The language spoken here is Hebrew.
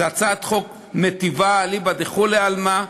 זו הצעת חוק מיטיבה אליבא דכולי עלמא,